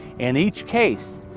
in each case,